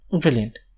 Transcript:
brilliant